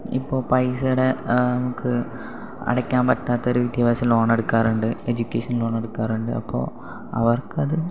ഇപ്പോൾ പൈസയുടെ നമുക്ക് അടക്കാൻ പറ്റാത്തൊരു വിദ്യാഭ്യാസ ലോണെടുക്കാറുണ്ട് എജുക്കേഷൻ ലോൺ എടുക്കാറുണ്ട് അപ്പോൾ അവർക്കത്